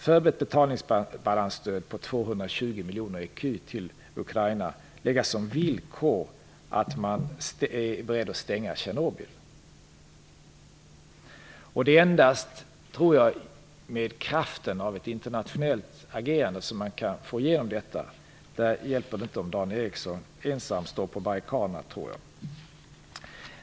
För ett betalningsbalansstöd på 220 miljoner ecu till Ukraina skall det läggas som villkor att man är beredd att stänga Tjernobyl. Det är endast med kraften av ett internationellt agerande som man kan få igenom detta. Där hjälper det inte om Dan Ericsson ensam står på barrikaderna.